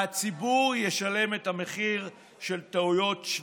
והציבור ישלם את המחיר של טעויות שניהם.